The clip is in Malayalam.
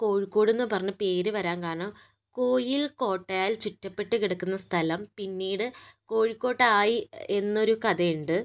ഈ കോഴിക്കോട് എന്ന് പറഞ്ഞ പേര് വരാൻ കാരണം കോയിൽ കോട്ടയാൽ ചുറ്റപ്പെട്ടു കിടക്കുന്ന സ്ഥലം പിന്നീട് കോഴിക്കോട്ടായി എന്നൊരു കഥയുണ്ട്